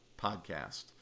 podcast